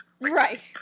Right